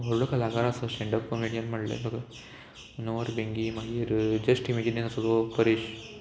व्हडलो कलाकार आसा स्टँडअप कोमेडियन म्हणल्यार तुका मनोहर भिंगी मागीर जस्ट इमेजिनीन आसा तो परेश